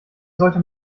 sollte